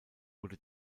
wurde